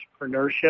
Entrepreneurship